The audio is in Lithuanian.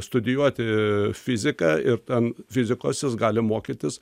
studijuoti fiziką ir ten fizikos jis gali mokytis